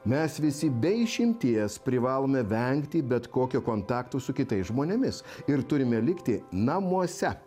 mes visi be išimties privalome vengti bet kokio kontakto su kitais žmonėmis ir turime likti namuose